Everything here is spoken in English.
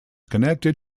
connected